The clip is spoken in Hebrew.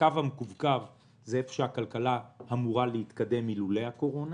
הקו המקווקו זה איך שהכלכלה אמורה להתקדם אילולא הקורונה.